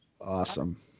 Awesome